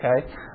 okay